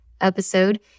episode